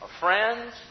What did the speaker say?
friends